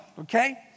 Okay